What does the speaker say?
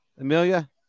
Amelia